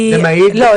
זה מעיד --- לא,